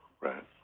right